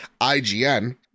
IGN